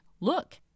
Look